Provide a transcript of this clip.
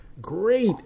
great